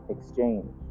Exchange